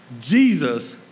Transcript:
Jesus